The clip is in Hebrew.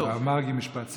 מרגי, משפט סיכום.